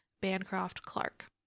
Bancroft-Clark